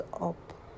up